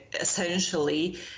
essentially